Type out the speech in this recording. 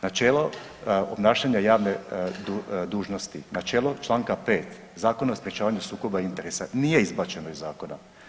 Načelo obnašanja javne dužnosti, načelo čl. 4, Zakon o sprječavanju sukoba interesa, nije izbačeno iz Zakona.